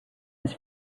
his